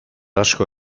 asko